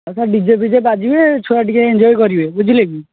ଆଉ sir DJ ଫିଜେ ବାଜିବେ ଛୁଆ ଟିକେ ଏଞ୍ଜୟ କରିବେ ବୁଝିଲେ କି